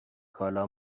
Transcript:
کالا